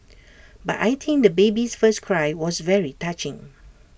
but I think the baby's first cry was very touching